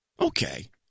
Okay